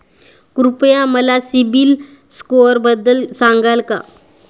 कृपया मला सीबील स्कोअरबद्दल सांगाल का?